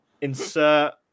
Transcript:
insert